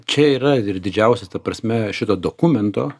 čia yra ir didžiausias ta prasme šito dokumento